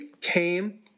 Came